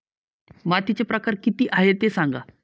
मातीचे प्रकार किती आहे ते सांगा